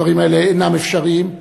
הדברים האלה אינם אפשריים.